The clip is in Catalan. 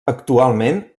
actualment